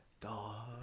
dog